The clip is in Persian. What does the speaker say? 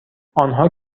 آنها